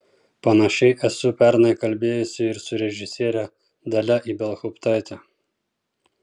panašiai esu pernai kalbėjusi ir su režisiere dalia ibelhauptaite